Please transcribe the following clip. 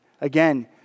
again